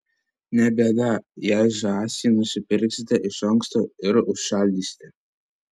ne bėda jei žąsį nusipirksite iš anksto ir užšaldysite